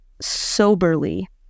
soberly